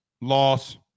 Loss